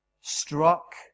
struck